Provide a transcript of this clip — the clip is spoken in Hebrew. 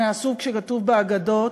מהסוג שכתוב באגדות,